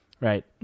Right